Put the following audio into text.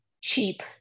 cheap